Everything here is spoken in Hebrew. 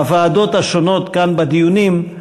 בוועדות השונות כאן בדיונים,